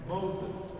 Moses